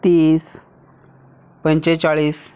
तीस पंचेचाळीस